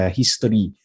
history